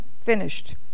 Finished